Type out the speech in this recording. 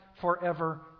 forever